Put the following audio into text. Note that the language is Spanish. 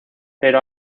pero